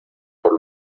por